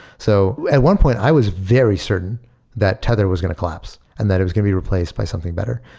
so at one point, i was very certain that tether was going to collapse and that it was going to be replaced by something better.